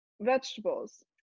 vegetables